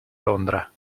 londra